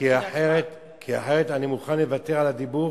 כי אחרת אני מוכן לוותר על הדיבור